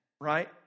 right